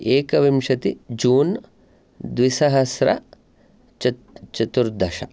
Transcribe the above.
एकविंशति जून् द्विसहस्रचत् चतुर्दश